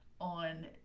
on